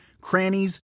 crannies